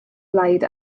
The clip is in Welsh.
blaid